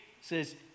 says